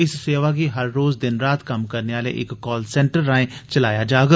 इस सेवा गी हर रोज दिन रात कम्म करने आले इक काल सेंटर राए चलाया जाग